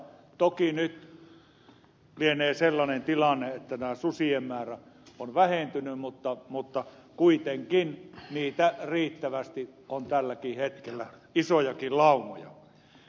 toki nyt lienee sellainen tilanne että nämä susien määrät ovat vähentyneet mutta kuitenkin niitä riittävästi on tälläkin hetkellä isojakin laumoja